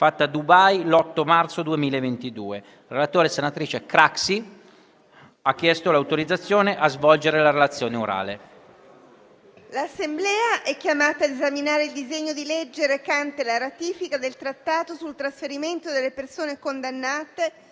L'Assemblea è chiamata a esaminare il disegno di leggere recante la ratifica del Trattato sul trasferimento delle persone condannate,